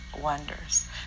wonders